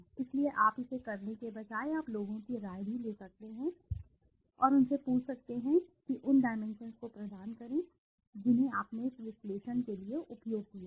इसलिए आप इसे करने के बजाय आप लोगों की राय भी ले सकते हैं और उनसे पूछ सकते हैं कि कृपया उन डाइमेंशन्स को प्रदान करें जिन्हें आपने इस विश्लेषण के लिए उपयोग किया है